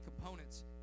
components